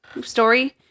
story